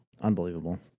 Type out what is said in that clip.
Unbelievable